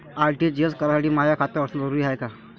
RTGS करासाठी माय खात असनं जरुरीच हाय का?